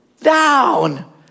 down